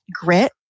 grit